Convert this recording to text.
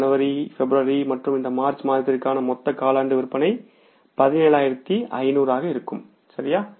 ஜனவரி பிப்ரவரி மற்றும் இந்த மார்ச் மாதத்திற்கான மொத்த காலாண்டு விற்பனை 17500 ஆக இருக்கும் சரியா